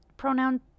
pronoun